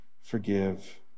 forgive